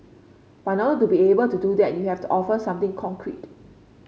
but in order to be able to do that you have to offer something concrete